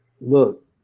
Look